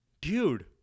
Dude